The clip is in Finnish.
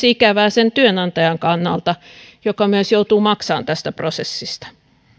ikävää myös sen työnantajan kannalta joka myös joutuu maksamaan tästä prosessista